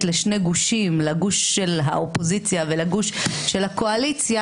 לשני גושים לגוש של האופוזיציה ולגוש של הקואליציה